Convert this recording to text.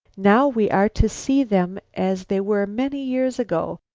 now we are to see them as they were many years ago,